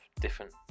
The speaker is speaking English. different